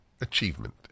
achievement